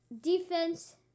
defense